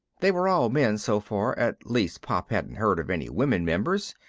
they were all men so far, at least pop hadn't heard of any women members,